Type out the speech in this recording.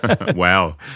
wow